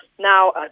Now